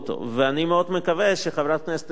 אני מאוד מקווה שחברת הכנסת עינת וילף,